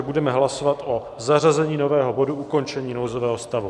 Budeme hlasovat o zařazení nového bodu Ukončení nouzového stavu.